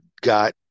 got